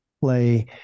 play